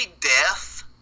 death